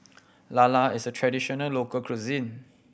lala is a traditional local cuisine